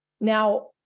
Now